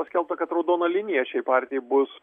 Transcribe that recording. paskelbta kad raudona linija šiai partijai bus